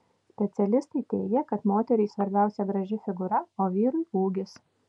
specialistai teigia kad moteriai svarbiausia graži figūra o vyrui ūgis